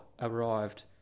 arrived